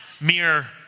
mere